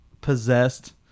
possessed